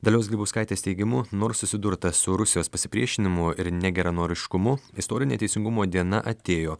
dalios grybauskaitės teigimu nors susidurta su rusijos pasipriešinimu ir negeranoriškumu istorinė teisingumo diena atėjo